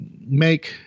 make